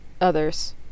others